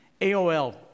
AOL